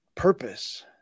purpose